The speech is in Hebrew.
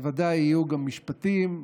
ובוודאי יהיו גם משפטים,